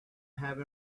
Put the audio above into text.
have